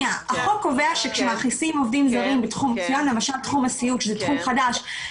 החוק קובע שכאשר מכניסים עובדים זרים למשל בתחום הסיעוד שהוא תחום חדש,